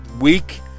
week